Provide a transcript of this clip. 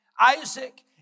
Isaac